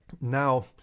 now